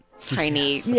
tiny